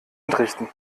entrichten